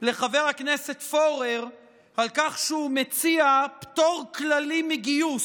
לחבר הכנסת פורר על כך שהוא מציע פטור כללי מגיוס,